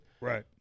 Right